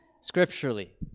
Scripturally